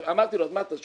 אמרתי לו: אז מה אתה רוצה?